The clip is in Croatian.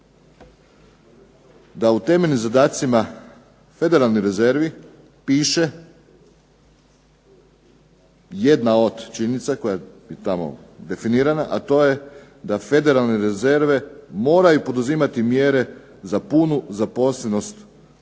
da u temeljnim zadacima federalnih rezervi piše jedna od činjenica koja je tamo definirana, a to je da federalne rezerve moraju poduzimati mjere za punu zaposlenost u Sjedinjenim